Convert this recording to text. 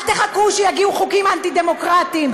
אל תחכו שיגיעו חוקים אנטי-דמוקרטיים,